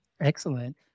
Excellent